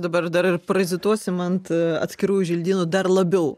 dabar dar ir parazituosim ant atskirųjų želdynų dar labiau